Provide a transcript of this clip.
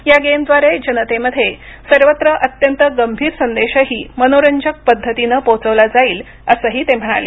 या गेमद्वारे जनतेमध्ये सर्वत्र अत्यंत गंभीर संदेशही मनोरंजक पदधतीनं पोचवला जाईल असंही ते म्हणाले